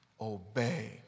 obey